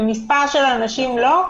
ומספר של אנשים לא?